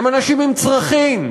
הם אנשים עם צרכים,